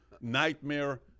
nightmare